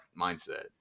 mindset